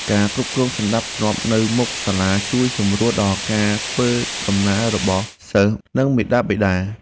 ការគ្រប់គ្រងសណ្តាប់ធ្នាប់នៅមុខសាលាជួយសម្រួលដល់ការធ្វើដំណើររបស់សិស្សនិងមាតាបិតា។